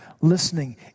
listening